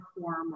form